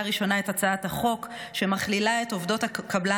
ראשונה את הצעת החוק שמכלילה את עובדות קבלני